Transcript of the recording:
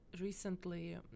recently